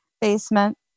basement